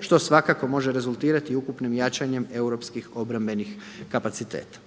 što svakako može rezultirati i ukupnim jačanjem europskih obrambenih kapaciteta.